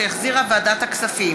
שהחזירה ועדת הכספים,